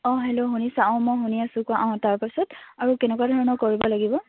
অঁ হেল্ল' শুনিছা অঁ মই শুনি আছোঁ কোৱা অঁ তাৰপাছত আৰু কেনেকুৱা ধৰণৰ কৰিব লাগিব